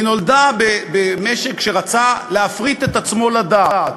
היא נולדה במשק שרצה להפריט את עצמו לדעת,